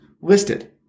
listed